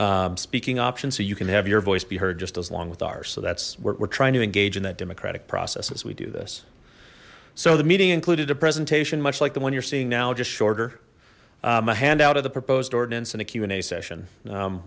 speaking option so you can have your voice be heard just as long with ours so that's what we're trying to engage in that democratic process as we do this so the meeting included a presentation much like the one you're seeing now just shorter a handout of the proposed ordinance and a